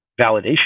validation